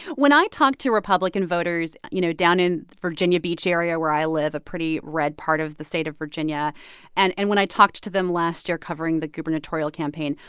when i talked to republican voters, you know, down in virginia beach area where i live, a pretty red part of the state of virginia and and when i talked to them last year covering the gubernatorial campaign,